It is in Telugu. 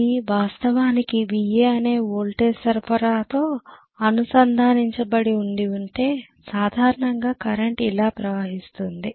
ఇది వాస్తవానికి Va అనే వోల్టేజ్ సరఫరాతో అనుసంధానించబడి ఉంటే సాధారణంగా కరెంట్ ఇలా ప్రవహిస్తుంది